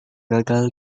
gagal